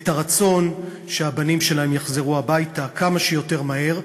את הרצון שהבנים שלהם יחזרו הביתה כמה שיותר מהר.